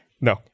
No